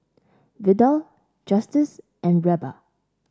Vidal Justice and Reba